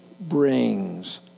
brings